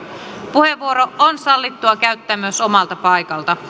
puheenvuoro on sallittua käyttää myös omalta paikalta